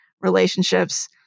relationships